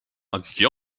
indiqué